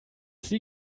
sie